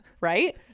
right